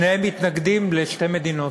שניהם מתנגדים לשתי מדינות.